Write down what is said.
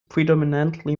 predominantly